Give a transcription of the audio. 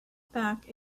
back